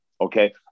okay